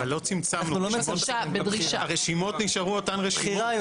אבל לא צמצמנו, הרשימות נשארו אותן רשימות.